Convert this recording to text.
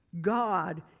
God